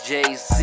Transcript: Jay-Z